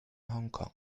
hongkong